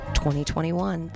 2021